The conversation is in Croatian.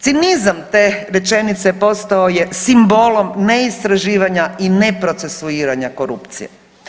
Cinizam te rečenice postao je simbolom ne istraživanja i neprocesuiranja korupcije.